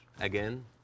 again